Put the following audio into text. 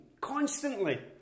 constantly